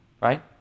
right